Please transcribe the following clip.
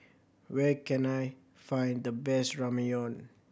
where can I find the best Ramyeon